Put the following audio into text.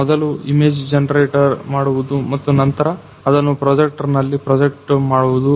ಮೊದಲು image generate ಮಾಡುವುದು ಮತ್ತು ನಂತರ ಅದನ್ನ ಪ್ರೊಜೆಕ್ಟರ್ ನಲ್ಲಿ ಪ್ರೊಜೆಕ್ಟ್ ಮಾಡುವುದು